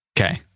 Okay